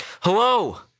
Hello